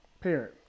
Parent